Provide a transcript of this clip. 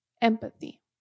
empathy